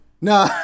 no